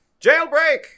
Jailbreak